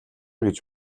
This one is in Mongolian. гэж